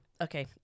Okay